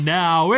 now